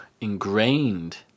ingrained